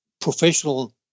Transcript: professional